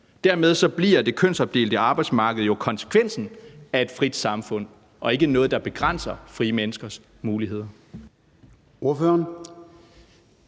Dermed bliver det kønsopdelte arbejdsmarked jo konsekvensen af et frit samfund og ikke noget, der begrænser frie menneskers muligheder.